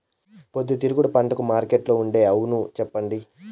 పొద్దుతిరుగుడు పంటకు మార్కెట్లో ఉండే అవును చెప్పండి?